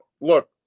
Look